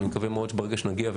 אני מקווה מאוד שברגע שנגיע,